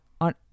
on